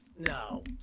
No